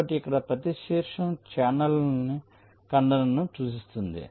కాబట్టి ఇక్కడ ప్రతి శీర్షం ఛానల్ ఖండనను సూచిస్తుంది